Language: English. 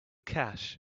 cash